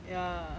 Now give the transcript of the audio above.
ya